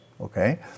Okay